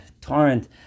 torrent